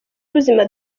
w’ubuzima